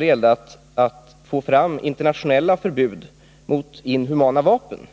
henne, för att få fram internationella förbud mot inhumana vapen.